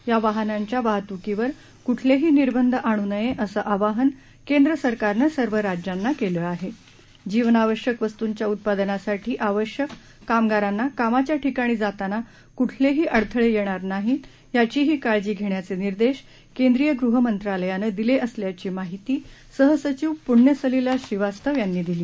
या वाहनांच्या वाहतूकीवर कुठलहीीनिर्बंध आणू नयञिसञिवाहन केंद्र सरकारनस्रिय राज्यांना कल्लिशियाजीवनावश्यक वस्तृंच्या उत्पादनासाठी आवश्यक कामगारांना कामाच्या ठिकाणी जाताना कृठलहीीअडथळ यागिर नाही याचीही काळजी घरखाचातिर्देश केंद्रीय गृह मंत्रालयान विलक्रिसल्याची माहिती सह सचिव पुण्य सलिला श्रीवास्तव यांनी दिली